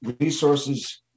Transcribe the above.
resources